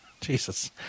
Jesus